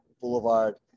boulevard